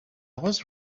was